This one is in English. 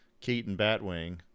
Keaton-Batwing